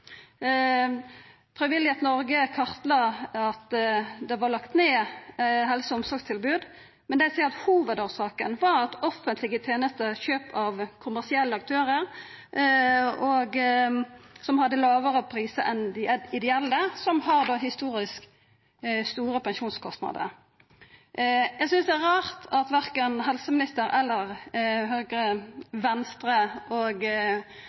kartla at det var lagt ned helse- og omsorgstilbod, men dei seier at hovudårsaka var at offentlege tenester vart kjøpte av kommersielle aktørar, som hadde lågare prisar enn dei ideelle, som historisk sett har hatt store pensjonskostnader. Eg synest det er rart at verken helse- og omsorgsministeren eller